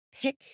pick